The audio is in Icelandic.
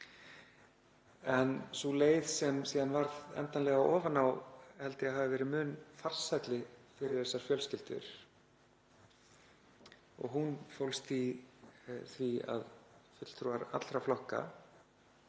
En sú leið sem síðan varð endanlega ofan á held ég að hafi verið mun farsælli fyrir þessar fjölskyldur. Hún fólst í því að fulltrúar allra flokka